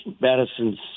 Madison's